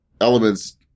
elements